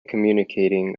communicating